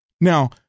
Now